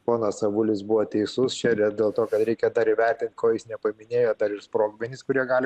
ponas avulis buvo teisus čia yra dėl to kad reikia dar įvertint ko jis nepaminėjo dar ir sprogmenys kurie gali